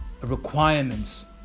requirements